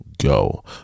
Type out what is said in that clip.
go